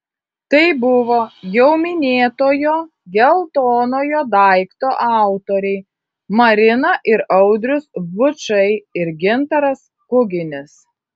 tai buvo jau minėtojo geltonojo daikto autoriai marina ir audrius bučai ir gintaras kuginis